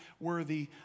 worthy